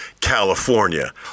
California